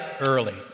early